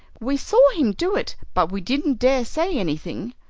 we saw him do it, but we didn't dare say anything.